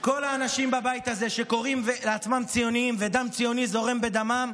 האנשים בבית הזה שקוראים לעצמם ציוניים ודם ציוני זורם בדמם,